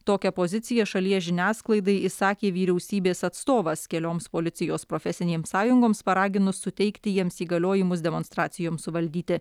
tokią poziciją šalies žiniasklaidai išsakė vyriausybės atstovas kelioms policijos profesinėms sąjungoms paraginus suteikti jiems įgaliojimus demonstracijoms suvaldyti